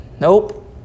Nope